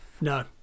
No